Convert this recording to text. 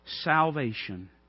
salvation